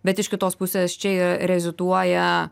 bet iš kitos pusės čia reziduoja